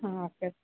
ಹ್ಞೂ ಓಕೆ